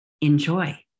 Enjoy